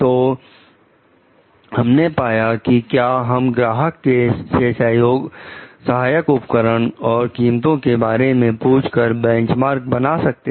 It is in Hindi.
तो हमने पाया कि क्या हम ग्राहक से सहायक उपकरण और कीमतों के बारे में पूछ कर बेंच मार्क बना सकते हैं